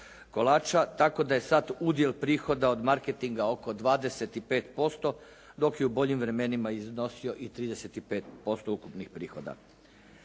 kolača, tako da je sad udio prihoda od marketinga oko 25%, dok je u boljim vremenima iznosio i 35% ukupnih prihoda.